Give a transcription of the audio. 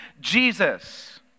Jesus